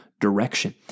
direction